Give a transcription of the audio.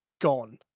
gone